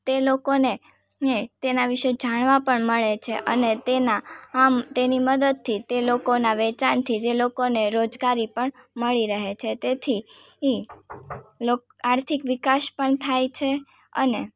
તે લોકોને તેના વિશે જાણવા પણ મળે છે અને તેના આમ તેની મદદથી તે લોકોના વેચાણથી તે લોકો રોજગારી પણ મળે છે તેથી લોક આર્થિક વિકાસ પણ થાય છે અને